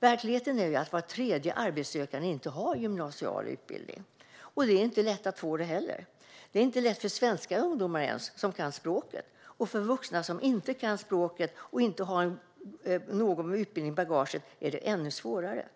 Verkligheten är att var tredje arbetssökande inte har gymnasial utbildning, och det är inte lätt att få det heller. Det är inte ens lätt för svenska ungdomar, som kan språket. För vuxna som inte kan språket och inte har någon utbildning i bagaget är det ännu svårare.